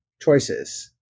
Choices